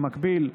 במקביל,